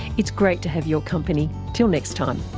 it's great to have your company, till next time